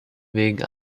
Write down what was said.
wegen